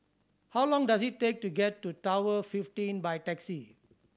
how long does it take to get to Tower fifteen by taxi